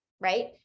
right